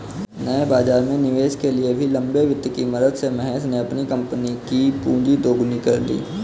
नए बाज़ार में निवेश के लिए भी लंबे वित्त की मदद से महेश ने अपनी कम्पनी कि पूँजी दोगुनी कर ली